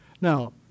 Now